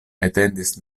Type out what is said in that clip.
etendis